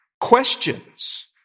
questions